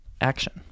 action